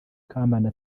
kambanda